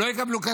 תוכל לדבר.